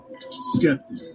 Skeptic